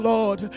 Lord